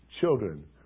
children